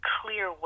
clear